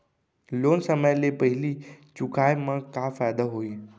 Loan समय ले पहिली चुकाए मा का फायदा होही?